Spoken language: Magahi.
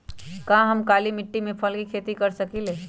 का हम काली मिट्टी पर फल के खेती कर सकिले?